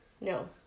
No